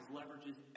Leverages